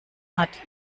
hat